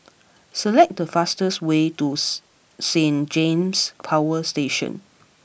select the fastest way to Saint James Power Station